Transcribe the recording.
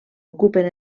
ocupen